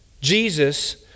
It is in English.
Jesus